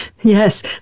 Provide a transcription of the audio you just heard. Yes